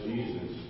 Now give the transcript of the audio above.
Jesus